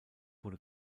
wurde